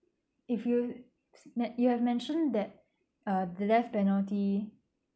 if you men~ that you have mentioned that uh the death penalty